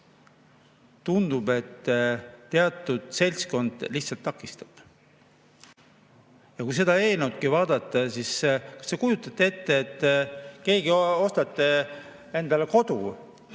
tundub, et teatud seltskond lihtsalt takistab. Kui seda eelnõu vaadata, siis kas te kujutate ette, et te ostate endale kodu,